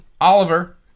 Oliver